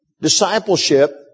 Discipleship